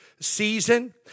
season